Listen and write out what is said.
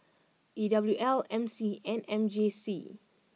E W L M C and M J C